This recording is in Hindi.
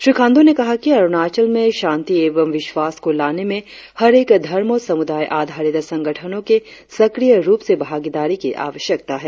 श्री खांड्र ने कहा कि अरुणाचल में शांति एवं विश्वास को लाने में हर एक धर्म और समुदाय आधारित संगठनो के सक्रिय रुप से भागेदारी की आवश्यकता है